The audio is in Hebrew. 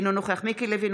אינו נוכח מיקי לוי,